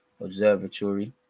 Observatory